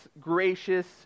gracious